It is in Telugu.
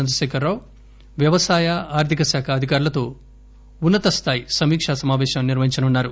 చంద్రశేఖరరావు వ్యవసాయ ఆర్దిక శాఖ అధికారులతో ఉన్నతస్థాయి సమాపేశం నిర్వహించనున్నారు